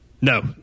No